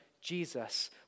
Jesus